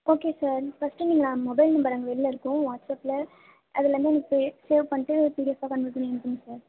okay sir first நீங்கள் mobile number அங்கே வெளில இருக்கும் வாட்ஸ்அப்பில் அதுலருந்து எனக்கு சேவ் பண்ணிட்டு பிடிஎஃப்பாக கன்வெர்ட் பண்ணி அனுப்புங்க சார்